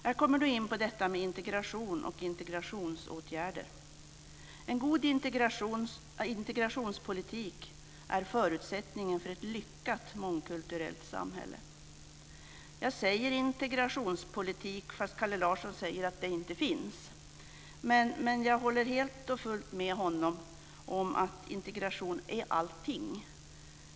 Jag kommer då in på detta med integration och integrationsåtgärder. En god integrationspolitik är förutsättningen för ett lyckat mångkulturellt samhälle. Jag säger integrationspolitik, fast Kalle Larsson säger att den inte finns. Men jag håller helt och fullt med honom om att integration är allting.